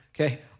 okay